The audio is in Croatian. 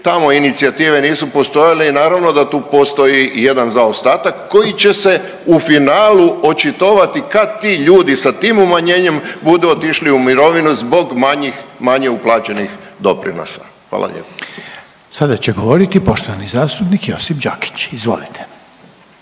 Tamo inicijative nisu postojale i naravno da tu postoji i jedan zaostatak koji će se u finalu očitovati kad ti ljudi sa tim umanjenjem budu otišli u mirovinu zbog manjih, manje uplaćenih doprinosa. Hvala lijepo. **Reiner, Željko (HDZ)** Sada će govoriti poštovani zastupnik Josip Đakić. **Đakić,